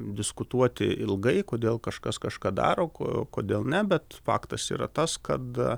diskutuoti ilgai kodėl kažkas kažką daro ko kodėl ne bet faktas yra tas kad